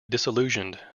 disillusioned